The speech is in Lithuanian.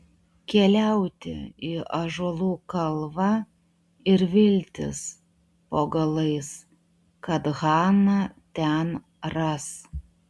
keliauti į ąžuolų kalvą ir viltis po galais kad haną ten ras